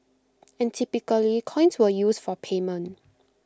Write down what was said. and typically coins were used for payment